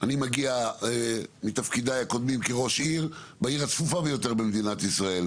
אני מגיע מתפקידיי הקודמים כראש עיר בעיר הצפופה ביותר של מדינת ישראל,